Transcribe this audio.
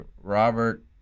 Robert